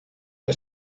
der